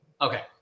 Okay